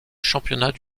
championnat